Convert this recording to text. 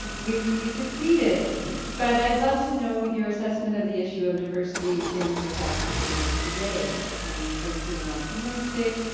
we we succeeded but i'd love to know your assessment of the issue of diversity in the fashion business today, and are you feeling optimistic?